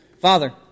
Father